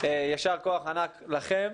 יישר כוח ענק לכם.